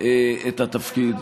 את התפקיד.